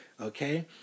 okay